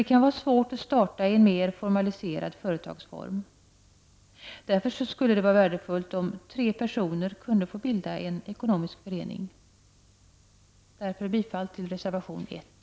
Det kan vara svårt att starta en mer formaliserad företagsform. Det skulle vara värdefullt om tre personer kunde få bilda en ekonomisk förening. Därför yrkar jag bifall till reservation 1.